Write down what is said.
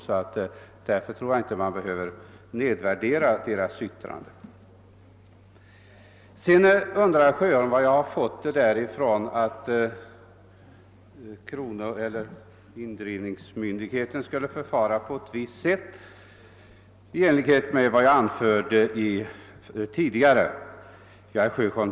Jag tycker inte att dess yttrande skall nedvärderas på grund av ändrad benämning. Sedan frågade herr Sjöholm vad jag hade fått det ifrån att indrivningsmyndigheten skulle förfara på det sätt som jag talade om tidigare.